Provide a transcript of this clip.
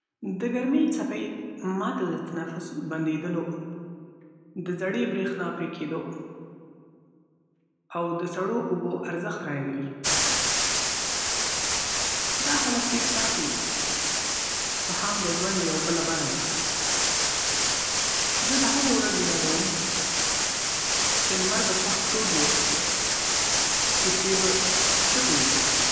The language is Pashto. د ګرمۍ څپې ما ته د تنفس بندېدلو، د زړې برېښنا پرې کېدو، او د سړو اوبو ارزښت را یادوي. دا حالت ډېر سخت وي، خو هم د ژوند یوه بله بڼه ده. زه د هغو ورځو یادوم چې لمر به سخت تود و، کوڅې به چپې وې.